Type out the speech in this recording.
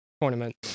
tournament